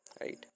right